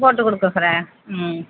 போட்டு கொடுக்க ம்